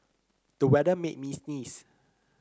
the weather made me sneeze